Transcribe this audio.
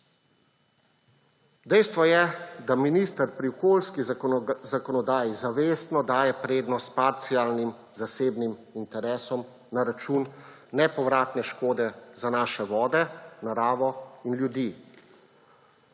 Dejstvo je, da minister pri okoljski zakonodaji zavestno daje prednost parcialnim zasebnim interesom na račun nepovratne škode za naše vode, naravo in ljudi.